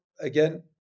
again